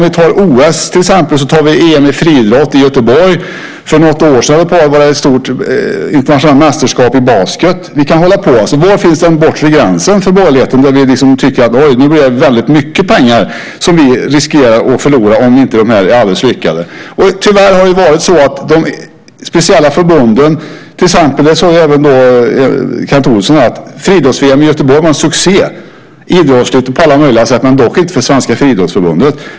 Vi kan ta till exempel EM i friidrott i Göteborg, och för något år sedan var det internationella mästerskap i basket. Vi kan hålla på så, men var finns den bortre gränsen för borgerligheten där ni tycker att det blir väldigt mycket pengar som vi riskerar att förlora om det inte blir helt lyckat? Kent Olsson sade att friidrotts-VM i Göteborg var en succé idrottsligt och på alla möjliga sätt, men dock inte för Svenska friidrottsförbundet.